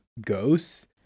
ghosts